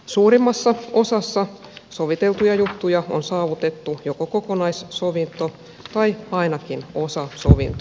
suurimmassa osassa soviteltuja juttuja on saavutettu joko kokonaissovinto tai ainakin osasovinto